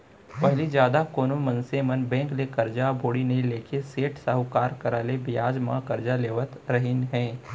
पहिली जादा कोनो मनसे मन बेंक ले करजा बोड़ी नइ लेके सेठ साहूकार करा ले बियाज म करजा लेवत रहिन हें